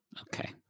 Okay